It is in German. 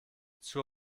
zur